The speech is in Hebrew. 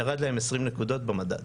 ירד להם 20 נקודות במדד.